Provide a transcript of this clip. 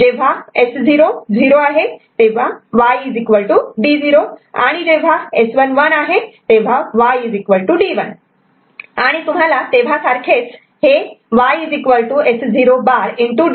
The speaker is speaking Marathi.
जेव्हा S0 0 Y D0 आणि जेव्हा S1 1 Y D1 आणि तुम्हाला तेव्हा सारखेच Y S0'